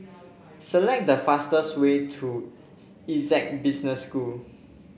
select the fastest way to Essec Business School